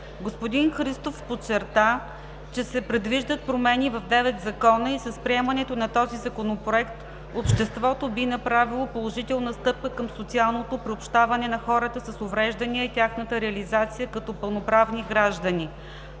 Господин Христов подчерта, че се предвиждат промени в девет закона и с приемането на този Законопроект обществото би направило положителна стъпка към социалното приобщаване на хората с увреждания и тяхната реализация като пълноправни граждани,